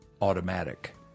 automatic